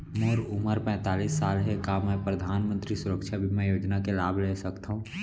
मोर उमर पैंतालीस साल हे का मैं परधानमंतरी सुरक्षा बीमा योजना के लाभ ले सकथव?